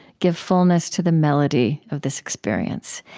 give fullness to the melody of this experience.